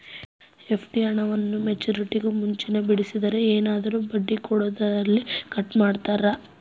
FD ಹಣವನ್ನು ಮೆಚ್ಯೂರಿಟಿಗೂ ಮುಂಚೆನೇ ಬಿಡಿಸಿದರೆ ಏನಾದರೂ ಬಡ್ಡಿ ಕೊಡೋದರಲ್ಲಿ ಕಟ್ ಮಾಡ್ತೇರಾ?